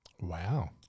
Wow